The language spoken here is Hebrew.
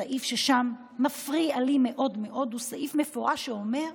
הסעיף ששם מפריע לי מאוד מאוד הוא סעיף מפורש שאומר: